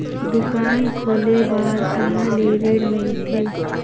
दुकान खोले बार कहा ले ऋण मिलथे?